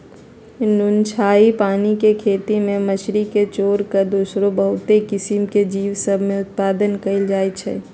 नुनछ्राइन पानी के खेती में मछरी के छोर कऽ दोसरो बहुते किसिम के जीव सभ में उत्पादन कएल जाइ छइ